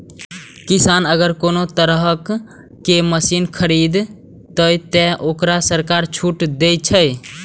किसान अगर कोनो तरह के मशीन खरीद ते तय वोकरा सरकार छूट दे छे?